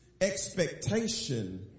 expectation